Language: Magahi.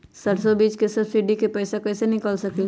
सरसों बीज के सब्सिडी के पैसा कईसे निकाल सकीले?